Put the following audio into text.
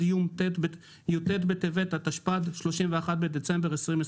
יום י"ט בטבת התשפ"ד (31 בדצמבר 2023),